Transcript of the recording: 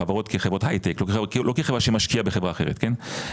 חברות כחברות הייטק לא כחברה שמשקיעה בחברה אחרת כן,